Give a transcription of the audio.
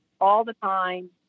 all-the-time